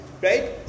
right